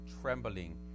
trembling